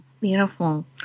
Beautiful